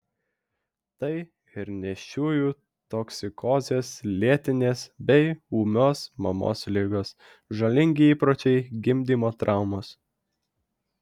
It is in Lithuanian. tai ir nėščiųjų toksikozės lėtinės bei ūmios mamos ligos žalingi įpročiai gimdymo traumos